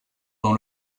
dans